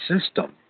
system